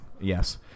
Yes